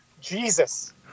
Jesus